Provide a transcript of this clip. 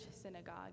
synagogue